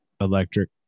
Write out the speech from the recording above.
electric